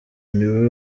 niwe